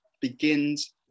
begins